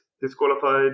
disqualified